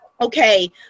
okay